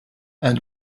and